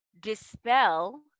dispel